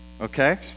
okay